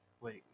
wait